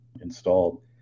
installed